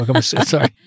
Sorry